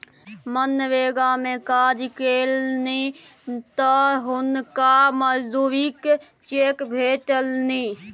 मनरेगा मे काज केलनि तँ हुनका मजूरीक चेक भेटलनि